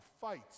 fights